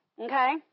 Okay